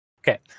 Okay